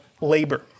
labor